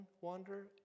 wander